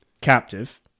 captive